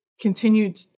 continued